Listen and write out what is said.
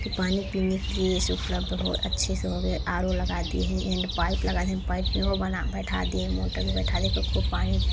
कि पानी पीने के लिए इस उपलब्ध हो अच्छे से हो गया आरो लगा दिए हैं हैंडपाइप लगा है हैंडपाइप वो बना बैठा दिए हैं मोटर बैठा दिए कि खूब पानी